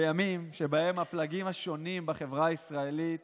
בימים שבהם הפלגים השונים בחברה הישראלית